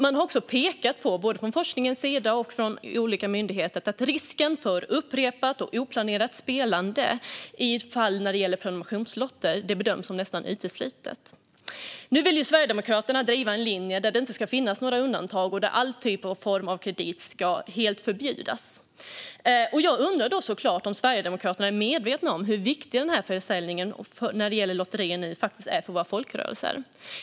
Man har också pekat på, både från forskningen och från olika myndigheter, att risken för upprepat och oplanerat spelande när det gäller prenumerationslotter bedöms som nästan utesluten. Nu vill Sverigedemokraterna driva en linje där det inte ska finnas några undantag och där alla former av kredit helt ska förbjudas. Då undrar jag såklart om Sverigedemokraterna är medvetna om hur viktig lottförsäljningen är för våra folkrörelser.